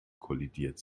kollidiert